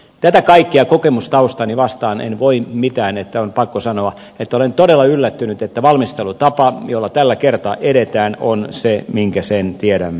tätä kaikkea kokemustaustaani vastaan en voi mitään sille että on pakko sanoa että olen todella yllättynyt että valmistelutapa jolla tällä kertaa edetään on se minkä sen tiedämme olevan